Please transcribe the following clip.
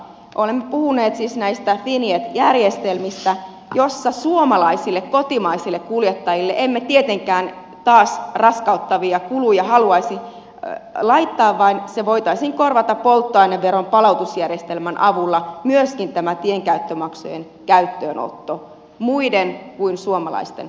olemme puhuneet näistä vinjet järjestelmistä joissa suomalaisille kotimaisille kuljettajille emme tietenkään taas raskauttavia kuluja haluaisi laittaa vaan ne voitaisiin korvata polttoaineveron palautusjärjestelmän avulla myöskin tämä tienkäyttömaksujen käyttöönotto muiden kuin suomalaisten osalta